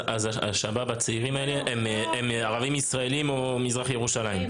אז השב"ב הצעירים הם ערבים ישראליים או מזרח ירושלים,